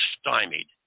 stymied